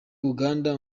uganda